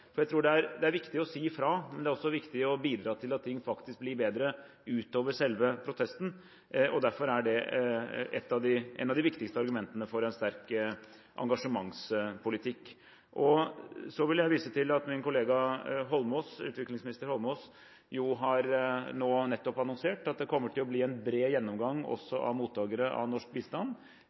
Jeg tror det er viktig å si fra, men det er også viktig å bidra til at ting faktisk blir bedre utover selve protesten. Derfor er det et av de viktigste argumentene for en sterk engasjementspolitikk. Så vil jeg vise til at min kollega utviklingsminister Eidsvoll Holmås nettopp har annonsert at det kommer til å bli en bred gjennomgang også av mottakere av norsk bistand,